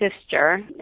sister